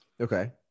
Okay